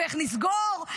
ואיך נסגור,